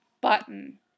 button